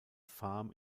farm